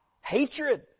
Hatred